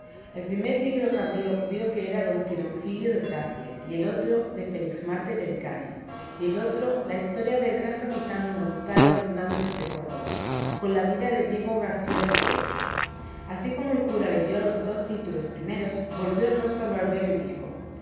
el primer libro que abrió vio que era don cirongilio de tracia y el otro de felixmarte de hircania y el otro la historia del gran capitán gonzalo hernández de córdoba con la vida de diego garcía de paredes así como el cura leyó los dos títulos primeros volvió el rostro al barbero y dijo